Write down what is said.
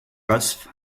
kasv